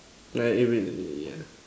like if it yeah